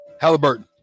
halliburton